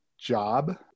job